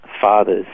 fathers